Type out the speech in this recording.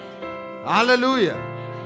Hallelujah